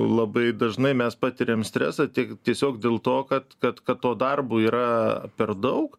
labai dažnai mes patiriam stresą tiek tiesiog dėl to kad kad kad to darbu yra per daug